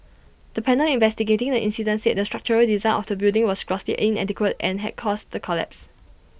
the panel investigating the incident said the structural design of the building was grossly inadequate and had caused the collapse